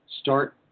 start